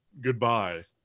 goodbye